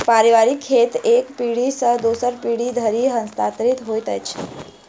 पारिवारिक खेत एक पीढ़ी सॅ दोसर पीढ़ी धरि हस्तांतरित होइत रहैत छै